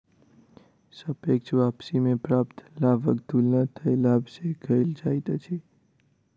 सापेक्ष वापसी में प्राप्त लाभक तुलना तय लाभ सॅ कएल जाइत अछि